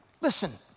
Listen